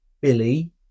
Billy